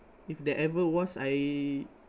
if there ever was I